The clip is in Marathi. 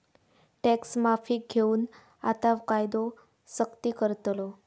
टॅक्स माफीक घेऊन आता कायदो सख्ती करतलो